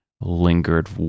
lingered